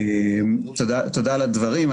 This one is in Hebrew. תודה על הדברים,